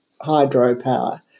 hydropower